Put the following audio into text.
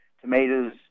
tomatoes